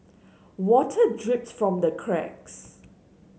water drips from the cracks